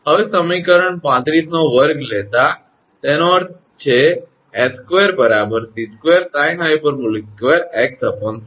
હવે સમીકરણ 35 નો વર્ગ લેતા તેનો અર્થ છે 𝑠2 𝑐2sinh2𝑥𝑐